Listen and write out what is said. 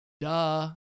Duh